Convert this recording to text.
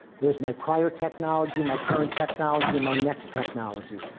there is my prior technology, my current technology, my next technology.